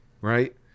right